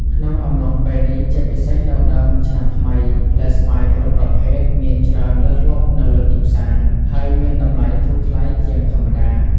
ក្នុងអំឡុងពេលនេះ ជាពិសេសនៅដើមឆ្នាំថ្មី ផ្លែស្វាយគ្រប់ប្រភេទមានច្រើនលើសលប់នៅលើទីផ្សារ ហើយមានតម្លៃធូរថ្លៃជាងធម្មតា។